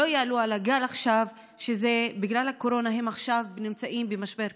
שלא יעלו על הגל עכשיו שזה בגלל הקורונה שהם נמצאים במשבר כלכלי.